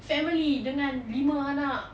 family dengan lima anak